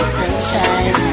sunshine